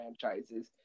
franchises